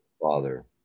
Father